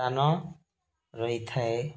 ସ୍ଥାନ ରହିଥାଏ